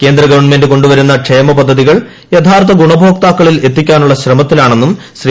കേന്ദ്ര ഗവൺമെന്റ് കൊണ്ടുവരുന്ന ക്ഷേമ പദ്ധതികൾ യഥാർഥ ഗുണഭോക്താക്കളിൽ എത്തിക്കാനുള്ള ശ്രമത്തിലാണെന്നും ശ്രീ